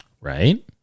Right